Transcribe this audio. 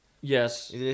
Yes